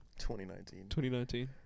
2019